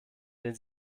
den